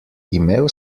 imel